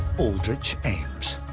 aldrich ames.